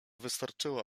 wystarczyło